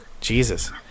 Jesus